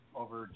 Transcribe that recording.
over